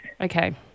Okay